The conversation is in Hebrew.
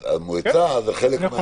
אז המועצה זה חלק מהעניין.